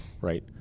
right